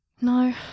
No